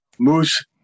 Moose